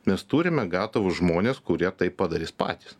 mes turim gatavus žmones kurie tai padarys patys